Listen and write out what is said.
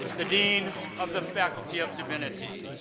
the dean of the faculty of divinity.